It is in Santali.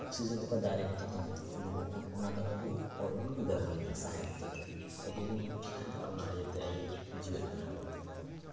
ᱚᱠᱥᱤᱡᱮᱱ ᱚᱠᱟ ᱫᱟᱨᱮ ᱦᱚᱛᱮᱡ ᱛᱮ ᱚᱰᱳᱠᱚᱜ ᱠᱟᱱ ᱚᱱᱟᱫᱚ ᱟᱵᱚ ᱦᱚᱲ ᱵᱚᱱ ᱜᱨᱚᱦᱚᱱᱫᱟ ᱥᱟᱦᱮᱸᱫ ᱦᱚᱛᱮᱡ ᱛᱮ ᱟᱵᱚ ᱵᱚᱱ ᱥᱟᱦᱮᱸᱫᱟ ᱚᱱᱟ ᱤᱭᱟᱹᱛᱮ ᱟᱵᱚ ᱡᱤᱭᱮᱫ ᱢᱮᱱᱟᱜ ᱛᱟᱵᱚᱱᱟ